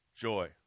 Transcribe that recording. joy